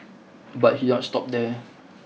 but he did not stop there